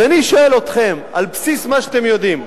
אז אני שואל אתכם, על בסיס מה שאתם יודעים,